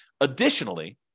Additionally